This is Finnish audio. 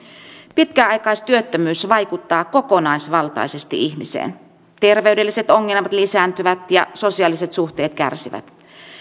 pitkäaikaistyöttömyys vaikuttaa kokonaisvaltaisesti ihmiseen terveydelliset ongelmat lisääntyvät ja sosiaaliset suhteet kärsivät